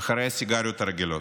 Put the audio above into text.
אחרי הסיגריות הרגילות.